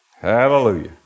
Hallelujah